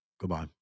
Goodbye